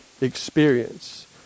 experience